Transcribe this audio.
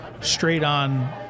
straight-on